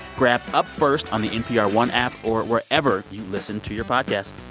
grab up first on the npr one app or wherever you listen to your podcasts